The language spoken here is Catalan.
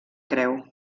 creu